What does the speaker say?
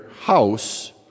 house